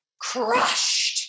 crushed